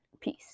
peace